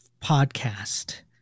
podcast